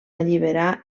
alliberar